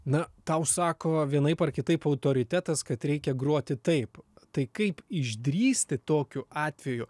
na tau sako vienaip ar kitaip autoritetas kad reikia groti taip tai kaip išdrįsti tokiu atveju